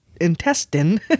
intestine